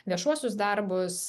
viešuosius darbus